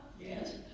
Yes